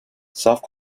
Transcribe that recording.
south